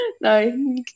No